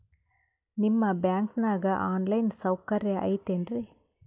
ನಿಮ್ಮ ಬ್ಯಾಂಕನಾಗ online ಸೌಕರ್ಯ ಐತೇನ್ರಿ?